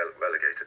relegated